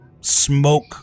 smoke